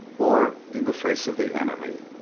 or in the face of the enemy.